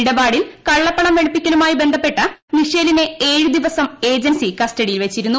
ഇടപൂടിൽ കള്ളപ്പണം വെളുപ്പിക്കലുമായി ബന്ധപ്പെട്ട മിഷേലിനൌഷ്ടു് ദിവസം ഏജൻസി കസ്റ്റഡിയിൽ വെച്ചിരുന്നു